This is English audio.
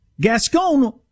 Gascon